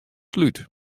slút